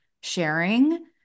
sharing